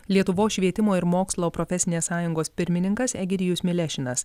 lietuvos švietimo ir mokslo profesinės sąjungos pirmininkas egidijus milešinas